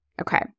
Okay